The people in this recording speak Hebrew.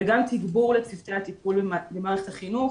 גם תגבור לצוותי הטיפול במערכת החינוך,